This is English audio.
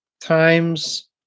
times